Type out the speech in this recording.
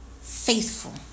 faithful